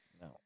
No